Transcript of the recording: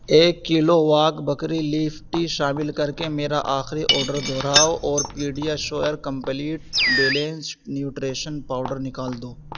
ایک kilo Wagh Bakri leaf tea شامل کر کے میرا آخری آڈر دوہراؤ اور PediaSure complete balanced nutrition powder نکال دو